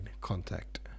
contact